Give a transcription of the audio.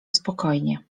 spokojnie